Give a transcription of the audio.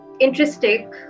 interesting